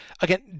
again